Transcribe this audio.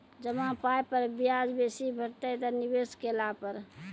जमा पाय पर ब्याज बेसी भेटतै या निवेश केला पर?